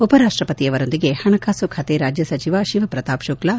ಉಪರಾಷ್ವಪತಿಯವರೊಂದಿಗೆ ಹಣಕಾಸು ಖಾತೆ ರಾಜ್ಯ ಸಚಿವ ಶಿವಪ್ರತಾಪ್ ಶುಕ್ಲಾ